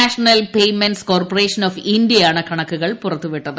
national payments corporation of India ആണ് കണക്കുകൾ പുറത്തു വിട്ടത്